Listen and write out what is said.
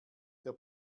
der